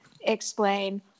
explain